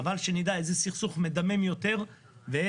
אבל שנדע איזה סכסוך מדמם יותר ואיפה